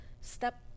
Step